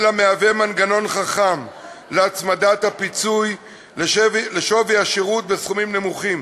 אלא מהווה מנגנון חכם להצמדת הפיצוי לשווי השירות בסכומים נמוכים.